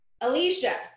Alicia